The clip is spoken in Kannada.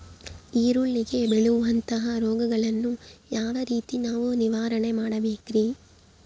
ಈರುಳ್ಳಿಗೆ ಬೇಳುವಂತಹ ರೋಗಗಳನ್ನು ಯಾವ ರೇತಿ ನಾವು ನಿವಾರಣೆ ಮಾಡಬೇಕ್ರಿ?